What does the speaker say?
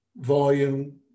volume